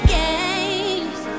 games